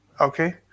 okay